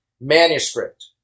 Manuscript